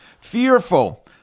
Fearful